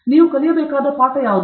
ನಂತರ ನೀವು ಕಲಿಯಬೇಕಾದ ಪಾಠ ಯಾವುದು